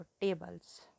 tables